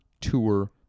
Tour